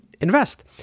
invest